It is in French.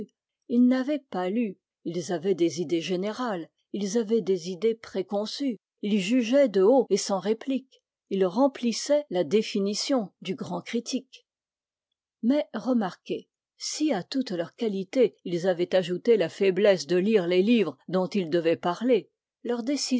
ils n'avaient pas lu ils avaient des idées générales ils avaient des idées préconçues ils jugeaient de haut et sans réplique ils remplissaient la définition du grand critique mais remarquez si à toutes leurs qualités ils avaient ajouté la faiblesse de lire les livres dont ils devaient parler